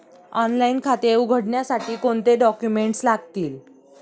Online खाते उघडण्यासाठी कोणते डॉक्युमेंट्स लागतील?